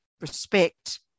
respect